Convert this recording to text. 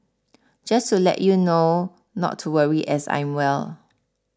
just to let you know not to worry as I'm well